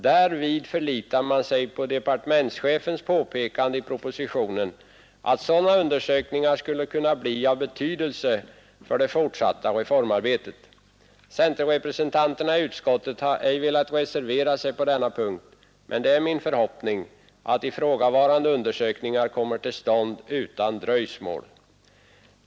Därvid förlitar man sig på departementschefens påpekande i propositionen att sådana undersökningar skulle kunna bli av betydelse för det fortsatta reform arbetet. Centerpartirepresentanterna i utskottet har ej velat reservera sig på denna punkt, men det är min förhoppning att ifrågavarande undersökningar kommer till stånd utan dröjsmål.